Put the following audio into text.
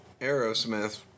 aerosmith